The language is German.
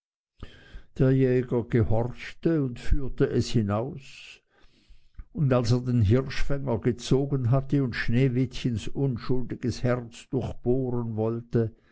der jäger gehorchte und führte es hinaus und als er den hirschfänger gezogen hatte und sneewittchens unschuldiges herz durchbohren wollte